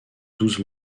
douze